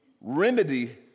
remedy